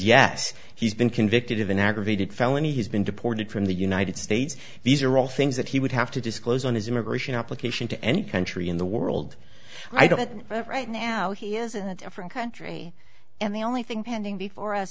yes he's been convicted of an aggravated felony he's been deported from the united states these are all things that he would have to disclose on his immigration application to any country in the world i don't know right now he is in a different country and the only thing pending before